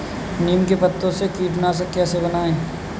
नीम के पत्तों से कीटनाशक कैसे बनाएँ?